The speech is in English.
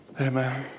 Amen